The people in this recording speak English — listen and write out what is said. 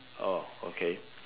oh okay